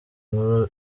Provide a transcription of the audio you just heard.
nkuru